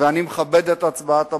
ואני מכבד את הצבעת הבוחר,